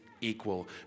equal